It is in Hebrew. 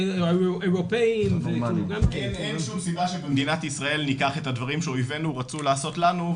אין שום סיבה שבמדינת ישראל ניקח את הדברים שאויבנו רצו לעשות לנו,